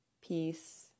Peace